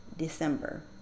December